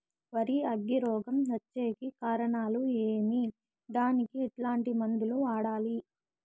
వరి అగ్గి రోగం వచ్చేకి కారణాలు ఏమి దానికి ఎట్లాంటి మందులు వాడాలి?